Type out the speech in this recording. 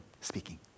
speaking